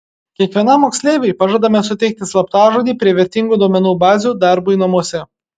kiekvienam moksleiviui pažadame suteikti slaptažodį prie vertingų duomenų bazių darbui namuose